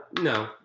no